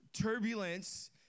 turbulence